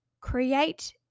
create